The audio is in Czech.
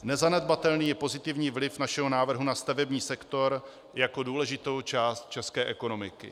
Nezanedbatelný je pozitivní vliv našeho návrhu na stavební sektor jako důležitou část české ekonomiky.